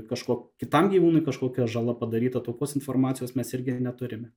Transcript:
kažko kitam gyvūnui kažkokia žala padaryta tokios informacijos mes irgi neturime